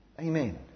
Amen